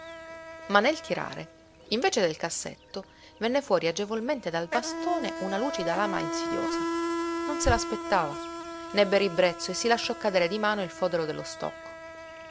ma nel tirare invece del cassetto venne fuori agevolmente dal bastone una lucida lama insidiosa non se l'aspettava n'ebbe ribrezzo e si lasciò cadere di mano il fodero dello stocco